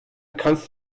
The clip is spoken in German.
kannst